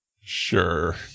Sure